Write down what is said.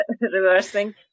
reversing